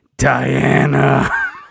Diana